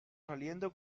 saliendo